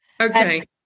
Okay